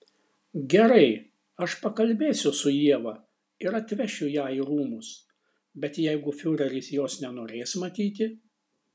gerai aš pakalbėsiu su ieva ir atvešiu ją į rūmus bet jeigu fiureris jos nenorės matyti